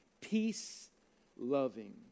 peace-loving